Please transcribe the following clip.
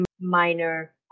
minor